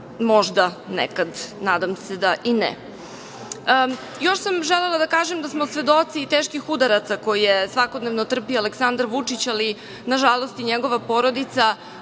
možda nekad, nadam se da i ne. Još sam želela da kažem da smo svedoci teških udaraca koje svakodnevno trpi Aleksandar Vučić, ali nažalost i njegova porodica,